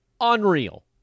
unreal